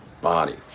body